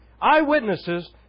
Eyewitnesses